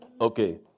Okay